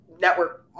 network